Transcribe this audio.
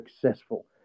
successful